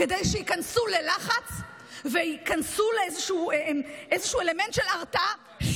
כדי שייכנסו ללחץ וייכנסו לאיזשהו אלמנט של הרתעה,